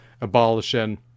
abolishing